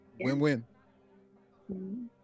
Win-win